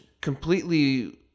completely